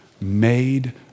made